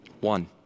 One